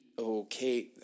okay